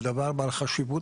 זה דבר בעל חשיבות עליונה.